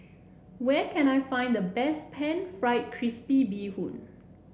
where can I find the best pan fried crispy Bee Hoon